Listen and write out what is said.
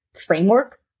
framework